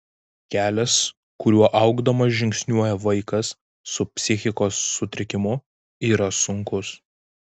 kelias kuriuo augdamas žingsniuoja vaikas su psichikos sutrikimu yra sunkus